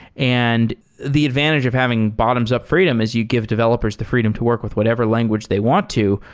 and the advantage of having bottoms-up freedom is you give developers the freedom to work with whatever language they want to.